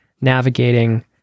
navigating